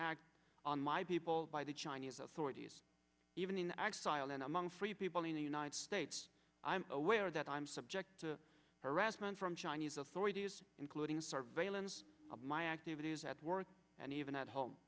act on my people by the chinese authorities even in exile and among free people in the united states i am aware that i am subject to harassment from chinese authorities including surveillance of my activities at work and even at home